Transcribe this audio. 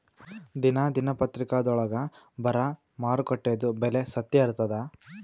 ದಿನಾ ದಿನಪತ್ರಿಕಾದೊಳಾಗ ಬರಾ ಮಾರುಕಟ್ಟೆದು ಬೆಲೆ ಸತ್ಯ ಇರ್ತಾದಾ?